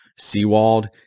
Seawald